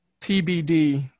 TBD